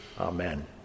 Amen